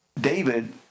David